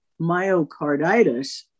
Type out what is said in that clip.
myocarditis